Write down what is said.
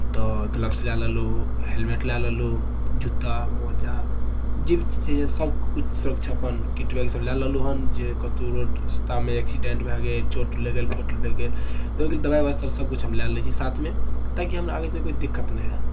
तऽ ग्लव्स लए लेलहुँ हैलमेट लए लेलहुँ जूता मोजा जे भी चीज होइए सभकिछु अपन किट बैग सभ लए लेलहुँ हन जे कतहु रोड रास्तामे एक्सीडेंट भए गेल चोट लागि गेल फोट भए गेल ओहिके लेल दवाइ व्यवस्था सभकिछु हम लए लै छी साथमे ताकि हमरा आगे चलि कऽ किछु दिक्कत नहि हएत